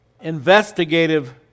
investigative